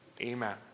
Amen